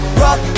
rock